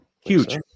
Huge